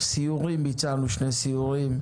סיורים ביצענו שניים,